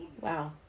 Wow